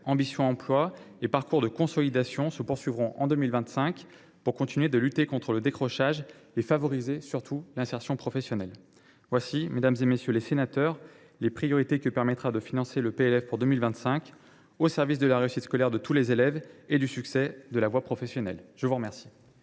Ambition emploi » et « Parcours de consolidation » se poursuivront en 2025 pour continuer de lutter contre le décrochage et favoriser l’insertion professionnelle. Voilà, mesdames, messieurs les sénateurs, les priorités que permettra de financer le PLF pour 2025 au service de la réussite scolaire de tous les élèves et du succès de la voie professionnelle. La parole